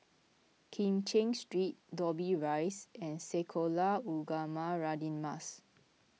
Kim Cheng Street Dobbie Rise and Sekolah Ugama Radin Mas